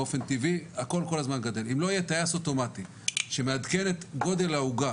באופן טבעי הכול כל הזמן גדל טייס אוטומטי שמעדכן את גודל העוגה